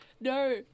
no